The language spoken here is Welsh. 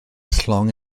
llong